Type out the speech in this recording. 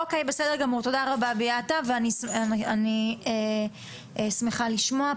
אוקיי, תודה רבה ביאטה ואני שמחה לשמוע.